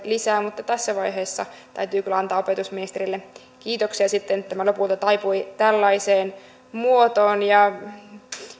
lisää mutta tässä vaiheessa täytyy kyllä antaa opetusministerille kiitoksia sitten että tämä lopulta taipui tällaiseen muotoon sekin että